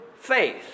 faith